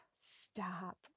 stop